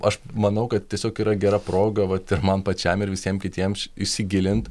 aš manau kad tiesiog yra gera proga vat ir man pačiam ir visiem kitiem įsigilint